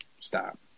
stop